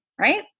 right